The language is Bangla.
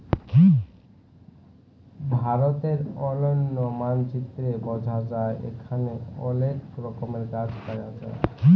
ভারতের অলন্য মালচিত্রে বঝা যায় এখালে অলেক রকমের গাছ পায়া যায়